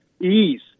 ease